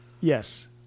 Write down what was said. Yes